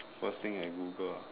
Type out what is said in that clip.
first thing I Google ah